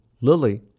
Lily